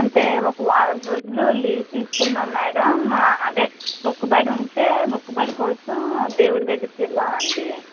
అంటే ఒక వారం రోజులు లీవ్ తీసుకున్నాం మేడం అదే మొక్కుబడి ఉంటే మొక్కుబడి కోసం దేవుడి దగ్గరకెళ్ళాం అండి